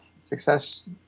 Success